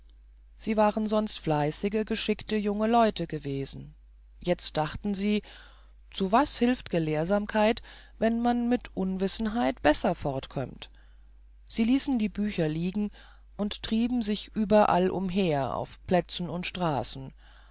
sie waren sonst fleißige geschickte junge leute gewesen jetzt dachten sie zu was hilft gelehrsamkeit wenn man mit unwissenheit besser fortkömmt sie ließen die bücher liegen und trieben sich überall umher auf plätzen und straßen